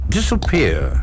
Disappear